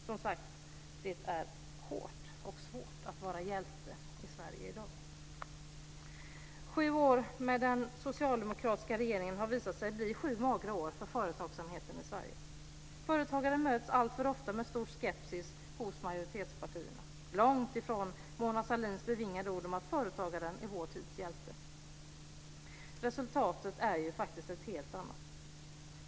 Som sagt: Det är hårt och svårt att vara hjälte i Sju år med socialdemokratisk regering har visat sig bli sju magra år för företagsamheten i Sverige. Företagare möts alltför ofta med stor skepsis hos majoritetspartierna - långt ifrån Mona Sahlins bevingade ord om att företagaren är vår tids hjälte. Resultatet är ju faktiskt ett helt annat.